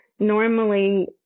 Normally